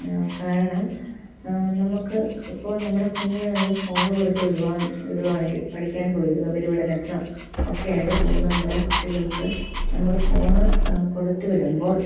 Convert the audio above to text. കാരണം നമുക്ക് ഇപ്പോൾ നമ്മുടെ കുഞ്ഞിനെ നമ്മൾ ഫോണ് കൊടുത്തു വിടുവാൻ വിടുകയാണെങ്കിൽ പഠിക്കാൻ പോയിരുന്നു ഉപരിപഠനത്തിനോ ഒക്കെയായിട്ട് പോകുന്ന നമ്മുടെ കുട്ടികൾക്ക് നമ്മൾ ഫോണ് കൊടുത്തു വിടുമ്പോൾ